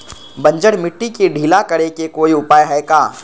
बंजर मिट्टी के ढीला करेके कोई उपाय है का?